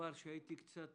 הייתי משחרר קצת